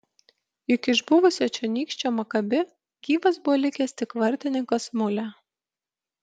juk iš buvusio čionykščio makabi gyvas buvo likęs tik vartininkas mulė